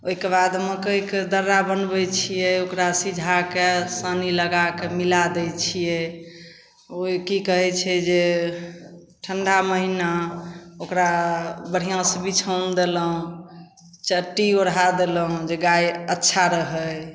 ओहिके बाद मकइके दर्रा बनबै छिए ओकरा सिझाके सानी लगाके मिला दै छिए ओ कि कहै छै जे ठण्डा महिना ओकरा बढ़िआँसे बिछाओन देलहुँ चट्टी ओढ़ा देलहुँ जे गाइ अच्छा रहै